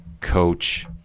Coach